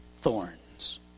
Thorns